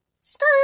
Skirt